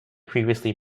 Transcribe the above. previously